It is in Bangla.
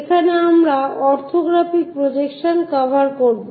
এখানে আমরা অর্থোগ্রাফিক প্রজেকশন কভার করবো